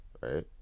right